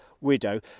widow